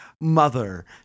Mother